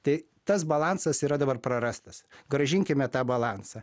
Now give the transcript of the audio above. tai tas balansas yra dabar prarastas grąžinkime tą balansą